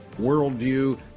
worldview